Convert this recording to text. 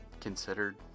considered